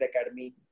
Academy